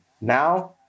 Now